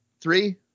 three